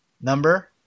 number